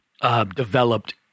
developed